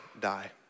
die